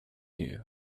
you